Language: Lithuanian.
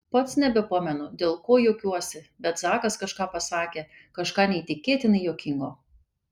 pats nebepamenu dėl ko juokiuosi bet zakas kažką pasakė kažką neįtikėtinai juokingo